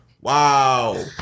Wow